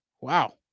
Wow